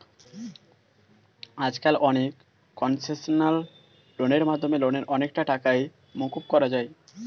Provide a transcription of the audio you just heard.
আজকাল অনেক কনসেশনাল লোনের মাধ্যমে লোনের অনেকটা টাকাই মকুব করা যায়